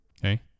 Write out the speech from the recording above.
Okay